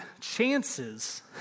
chances